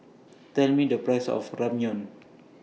Tell Me The Price of Ramyeon